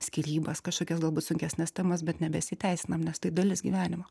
skyrybas kažkokias galbūt sunkesnes temas bet nebesiteisinam nes tai dalis gyvenimo